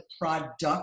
product